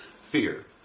Fear